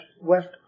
West